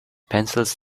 pencils